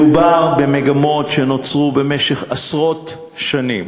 מדובר במגמות שנוצרו במשך עשרות שנים,